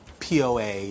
POA